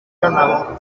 ganador